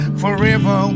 forever